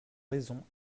raison